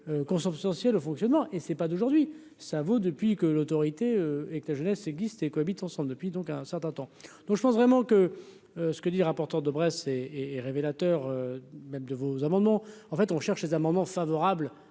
consubstantiel au fonctionnement et c'est pas d'aujourd'hui, ça vaut depuis que l'autorité et que la jeunesse existent et cohabitent ensemble depuis donc un certain temps, donc je pense vraiment que. Ce que dire importante de Brest et et révélateur même de vos amendements, en fait, on cherche un moment favorable